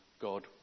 God